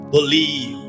Believe